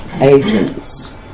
agents